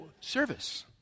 service